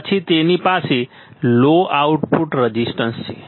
પછી તેની પાસે લો આઉટપુટ રેઝિસ્ટન્સ છે